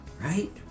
right